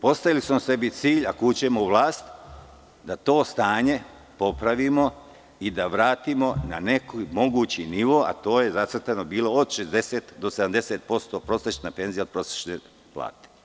Postavili smo sebi cilj da ako uđemo u vlast, da to stanje popravimo i da vratimo na neki mogući nivo, a zacrtano je bilo od 60 do 70% prosečna penzija od prosečne plate.